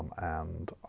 and